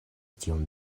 tiom